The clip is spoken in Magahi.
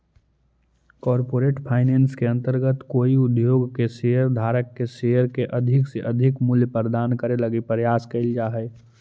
कॉरपोरेट फाइनेंस के अंतर्गत कोई उद्योग के शेयर धारक के शेयर के अधिक से अधिक मूल्य प्रदान करे लगी प्रयास कैल जा हइ